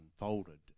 unfolded